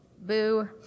Boo